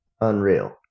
unreal